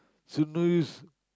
so no use